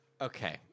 Okay